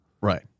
Right